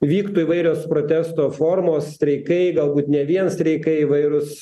vyktų įvairios protesto formos streikai galbūt ne vien streikai įvairūs